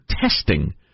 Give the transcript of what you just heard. testing